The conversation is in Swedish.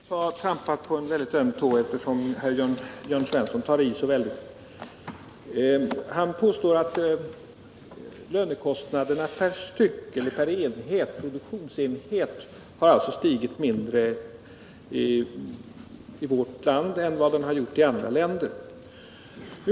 Herr talman! Jag tycks ha trampat på en ömtålig tå, eftersom Jörn Svensson tar i så hårt. Han påstår att lönekostnaderna per produktionsenhet stigit mindre i vårt land än de gjort i andra länder.